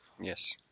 Yes